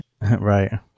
Right